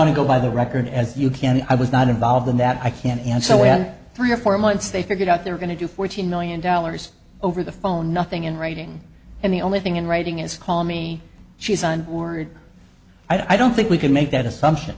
only go by the record as you can i was not involved in that i can't and so we had three or four months they figured out they're going to do fourteen million dollars over the phone nothing in writing and the only thing in writing is call me she's on board i don't think we can make that assumption